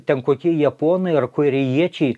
ten kokie japonai ar korėjiečiai